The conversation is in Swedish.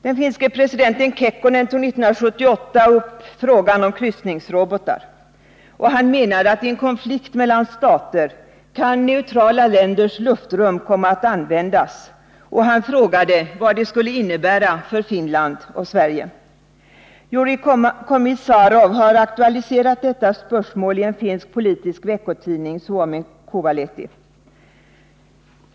Den finske presidenten Kekkonen tog 1978 upp frågan om kryssningsrobotar. Han menade att i en konflikt mellan stater kan neutrala länders luftrum komma att användas, och han frågade vad det skulle innebära för Finland och Sverige. Jurij Kommissarov har aktualiserat detta spörsmål i en finsk politisk veckotidning, Suomen Kuvalehti.